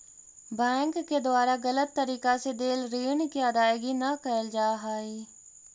bank के द्वारा गलत तरीका से देल ऋण के अदायगी न कैल जा हइ